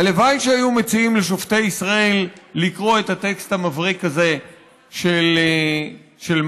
הלוואי שהיו מציעים לשופטי ישראל לקרוא את הטקסט המבריק הזה של מרקס.